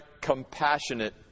compassionate